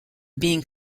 being